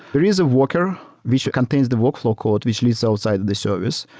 there is a worker which contains the workflow code, which lives outside the service,